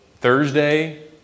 Thursday